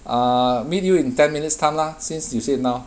uh meet you in ten minutes time lah since you say now